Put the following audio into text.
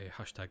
hashtag